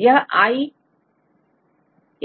दो यह i